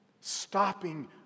Stopping